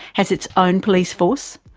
has its own police force,